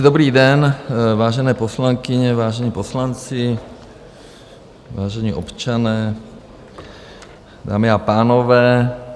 Dobrý den, vážené poslankyně, vážení poslanci, vážení občané, dámy a pánové.